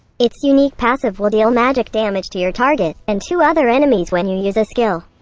its unique passive will deal magic damage to your target, and two other enemies when you use a skill.